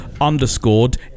Underscored